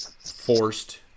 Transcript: forced